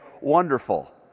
wonderful